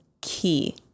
key